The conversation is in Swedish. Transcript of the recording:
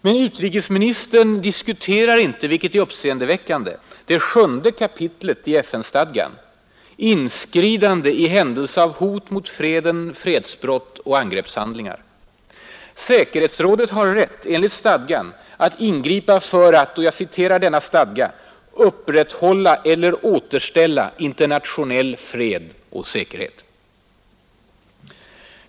Men utrikesministern diskuterar inte, vilket är uppseendeväckande, det sjunde kapitlet i FN-stadgan: ”inskridande i händelse av hot mot freden, fredsbrott och angreppshandlingar”. Säkerhetsrådet har rätt, enligt stadgan, att ingripa för att ”upprätthålla eller återställa internationell fred och säkerhet”.